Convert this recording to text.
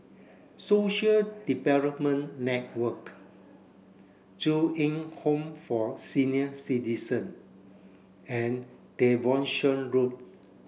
Social Development Network Ju Eng Home for Senior Citizen and Devonshire Road